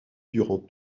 durant